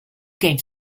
gave